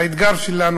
האתגר שלנו,